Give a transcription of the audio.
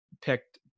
picked